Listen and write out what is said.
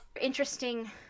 interesting